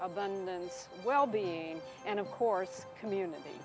abundance of wellbeing and of course community